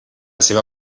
seva